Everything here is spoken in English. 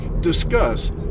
discuss